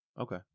Okay